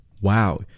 Wow